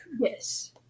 Yes